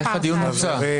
איך הדיון מוצה?